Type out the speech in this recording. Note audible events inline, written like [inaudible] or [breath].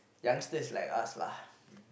youngsters like us lah [breath]